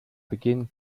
begin